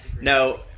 No